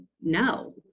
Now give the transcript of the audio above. no